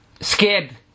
scared